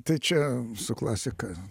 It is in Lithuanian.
tai čia su klasika